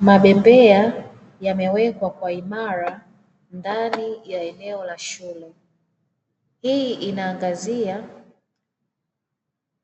Mabembea yamewekwa kwa imara ndani ya eneo la shule, hii inaangazia